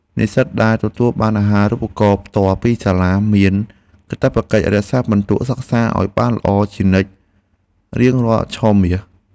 និស្សិតដែលទទួលបានអាហារូបករណ៍ផ្ទាល់ពីសាលាមានកាតព្វកិច្ចរក្សាពិន្ទុសិក្សាឱ្យបានល្អជានិច្ចរៀងរាល់ឆមាស។